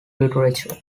literature